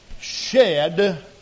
shed